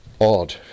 Odd